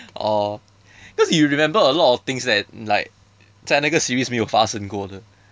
oh cause you remember a lot of things that like 在那个 series 没有发生过的